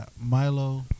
Milo